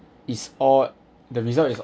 is all the result is